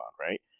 right